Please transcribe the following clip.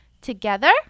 Together